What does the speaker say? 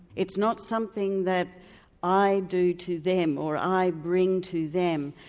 it's not something that i do to them, or i bring to them,